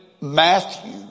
Matthew